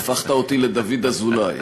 והפכת אותי לדוד אזולאי.